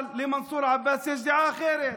אבל למנסור עבאס יש דעה אחרת,